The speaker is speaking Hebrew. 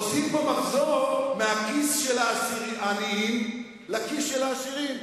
עושים פה מחזור מהכיס של העניים לכיס של העשירים.